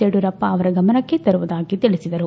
ಯಡಿಯೂರಪ್ಪ ಅವರ ಗಮನಕ್ಕೆ ತರುವುದಾಗಿ ತಿಳಿಸಿದರು